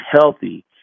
healthy